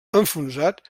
enfonsat